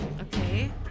Okay